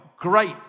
great